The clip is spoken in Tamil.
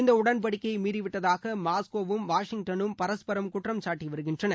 இந்த உடன்படிக்கையை மீறிவிட்டதாக மாஸ்கோவும் வாஷிங்டன்னும் பரஸ்பரம் குற்றம்சாட்டி வருகின்றன